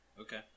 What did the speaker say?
Okay